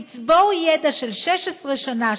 מצבור ידע של 16 שנה,